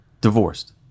divorced